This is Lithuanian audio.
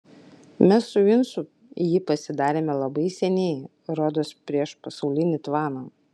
mes su vincu jį pasidarėme labai seniai rodos prieš pasaulinį tvaną